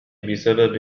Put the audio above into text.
بسبب